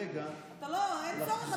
כרגע לחזור --- אין צורך,